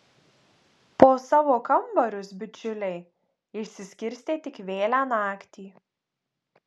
po savo kambarius bičiuliai išsiskirstė tik vėlią naktį